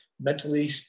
mentally